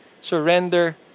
surrender